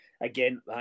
Again